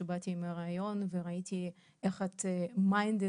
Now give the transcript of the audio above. כשבאתי עם הרעיון וראיתי איך את מודעת